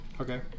Okay